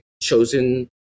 chosen